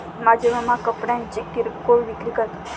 माझे मामा कपड्यांची किरकोळ विक्री करतात